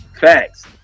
Facts